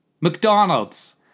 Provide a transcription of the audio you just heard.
McDonald's